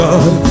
God